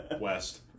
West